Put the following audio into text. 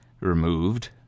removed